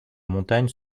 montagne